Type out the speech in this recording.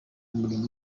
murimo